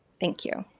thank you.